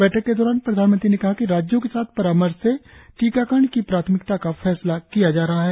बैठक के दौरान प्रधानमंत्री ने कहा कि राज्यों के साथ परामर्श से टीकाकरण की प्राथमिकता का फैसला किया जा रहा है